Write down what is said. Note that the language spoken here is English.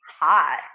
hot